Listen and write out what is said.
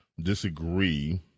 disagree